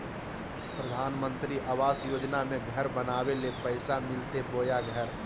प्रधानमंत्री आवास योजना में घर बनावे ले पैसा मिलते बोया घर?